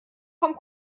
vom